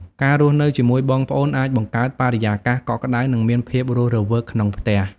ការរស់នៅជាមួយបងប្អូនអាច បង្កើតបរិយាកាសកក់ក្ដៅ និងមានភាពរស់រវើកក្នុងផ្ទះ។